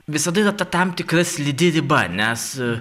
visada yra ta tam tikra slidi riba nes